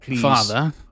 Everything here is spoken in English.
Father